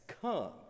come